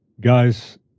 Guys